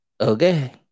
Okay